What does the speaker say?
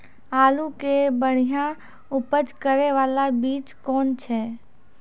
आलू के बढ़िया उपज करे बाला बीज कौन छ?